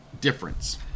difference